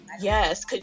yes